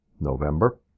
November